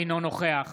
אינו נוכח